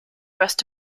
rest